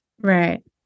Right